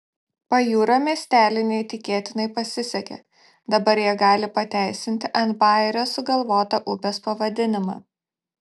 pajūrio miesteliui neįtikėtinai pasisekė dabar jie gali pateisinti ant bajerio sugalvotą upės pavadinimą